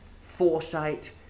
foresight